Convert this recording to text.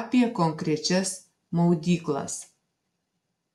apie konkrečias maudyklas